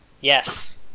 Yes